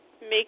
make